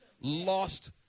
lost